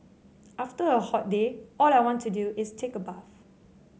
after a hot day all I want to do is take a bath